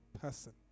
person